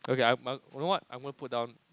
okay I'm you know what I'm gonna put down